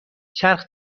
چرخ